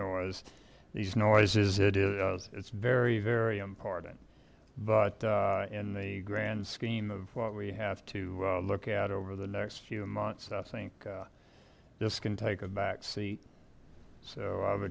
noise these noises it's very very important but in the grand scheme of what we have to look at over the next few months i think this can take a backseat so i